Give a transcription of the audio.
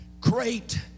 Great